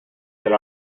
that